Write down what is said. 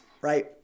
right